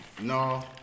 No